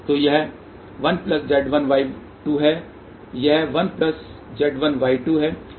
तो यह 1Z1Y2 है यह 1Z1Y2 है